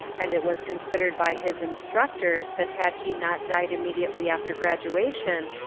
and it was considered by his instruc tors that had he not died immediately after graduation,